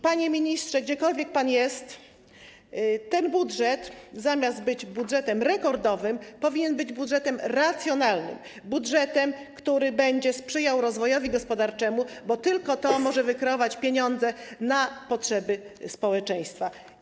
Panie ministrze, gdziekolwiek pan jest, ten budżet, zamiast być budżetem rekordowym, powinien być budżetem racjonalnym, budżetem, który będzie sprzyjał rozwojowi gospodarczemu, bo tylko to może wykreować pieniądze na potrzeby społeczeństwa.